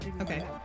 Okay